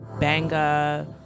Banga